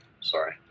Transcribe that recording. Sorry